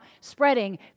spreading